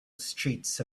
streets